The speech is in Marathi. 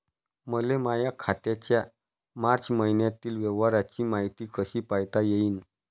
मले माया खात्याच्या मार्च मईन्यातील व्यवहाराची मायती कशी पायता येईन?